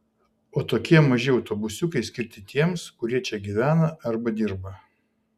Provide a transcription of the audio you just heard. o tokie maži autobusiukai skirti tiems kurie čia gyvena arba dirba